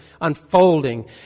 unfolding